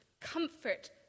comfort